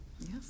Yes